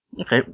Okay